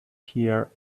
here